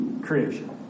creation